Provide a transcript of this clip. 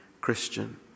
Christian